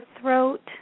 throat